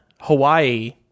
Hawaii